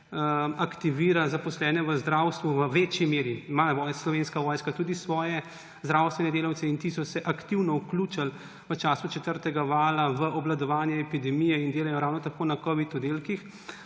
aktivira zaposlene v zdravstvu v večji meri, ima Slovenska vojska tudi svoje zdravstvene delavce in ti so se aktivno vključili v času četrtega vala v obvladovanje epidemije in delajo ravno tako na covid oddelkih,